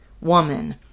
woman